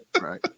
Right